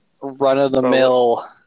run-of-the-mill